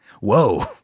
Whoa